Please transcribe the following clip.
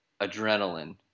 adrenaline